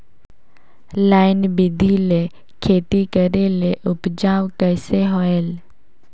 Line बिधी ले खेती करेले उपजाऊ कइसे होयल?